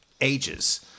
ages